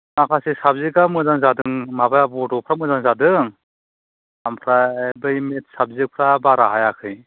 माखासे साबजेक्टआ मोजां जादों माबा बड'फोरा मोजां जादों ओमफ्राय बै मेथ्स साबजेक्टफ्रा बारा हायाखै